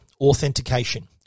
authentication